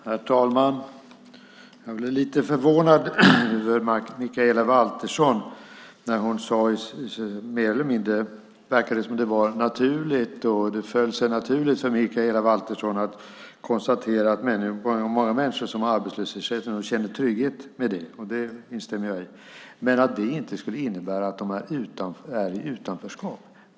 Herr talman! Jag blir lite förvånad över att det verkade falla sig mer eller mindre naturligt för Mikaela Valtersson att konstatera att många människor som har arbetslöshetsersättning känner trygghet med det. Det instämmer jag i, men är de inte i utanförskap?